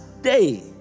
day